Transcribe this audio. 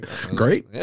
great